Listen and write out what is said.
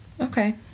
Okay